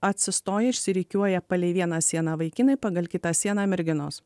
atsistoja išsirikiuoja palei vieną sieną vaikinai pagal kitą sieną merginos